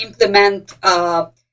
implement